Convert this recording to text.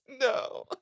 No